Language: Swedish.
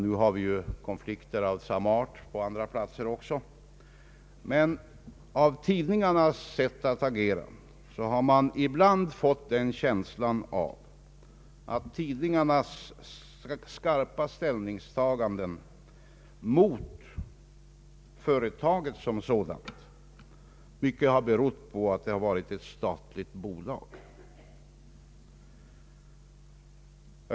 Nu har vi konflikter av samma art också på andra platser, men av tidningarnas sätt att agera har man ibland fått den känslan att tidningarnas skarpa ställningstaganden mot företaget som sådant mycket har berott på att företaget varit ett statligt bolag.